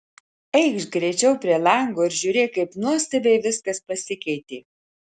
eikš greičiau prie lango ir žiūrėk kaip nuostabiai viskas pasikeitė